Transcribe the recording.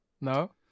no